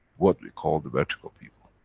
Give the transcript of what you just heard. what we call the vertical people.